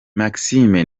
maxime